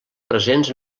presents